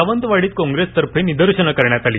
सावंतवाडीत काँग्रेसतर्फे निदर्शनं करण्यात आली